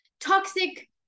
toxic